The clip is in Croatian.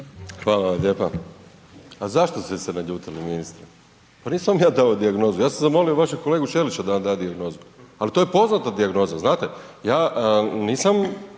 Hvala vam lijepa. A zašto ste se naljutili ministre? Pa nisam vam ja dao dijagnozu, ja sam zamolio vašeg kolegu Ćelića da vam da dijagnozu, al to je poznata dijagnoza znate, ja nisam